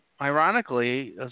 Ironically